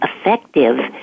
effective